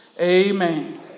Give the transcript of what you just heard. Amen